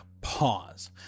pause